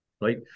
Right